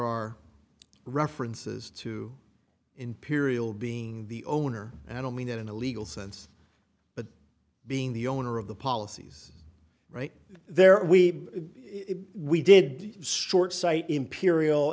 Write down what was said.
are references to imperial being the owner and i don't mean that in a legal sense but being the owner of the policies right there we we did stuart site imperial